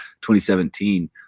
2017